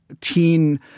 teen –